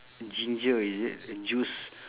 ginger is it juice